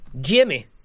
Jimmy